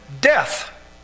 death